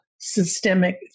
systemic